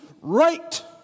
right